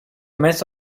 mess